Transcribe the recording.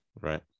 right